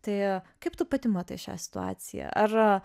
tai kaip tu pati matai šią situaciją ar